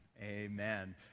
Amen